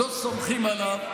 לא סומכים עליו.